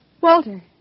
Walter